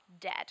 dead